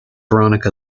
veronica